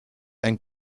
ein